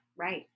Right